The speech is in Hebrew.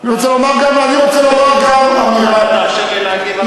אני רוצה לומר גם, תאפשר לי להגיב?